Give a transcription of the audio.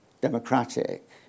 democratic